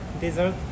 Dessert